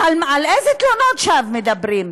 אז על איזה תלונות שווא מדברים?